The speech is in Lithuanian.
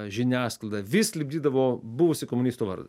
žiniasklaida vis lipdydavo buvusį komunisto vardą